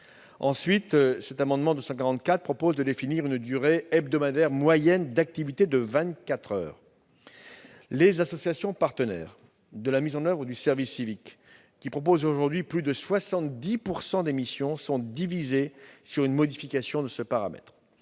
Le même amendement prévoit, en outre, de définir une durée hebdomadaire moyenne d'activité de 24 heures par semaine. Les associations partenaires de la mise en oeuvre du service civique, qui proposent aujourd'hui plus de 70 % des missions, sont divisées sur une modification de ce paramètre.